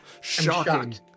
Shocking